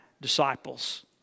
disciples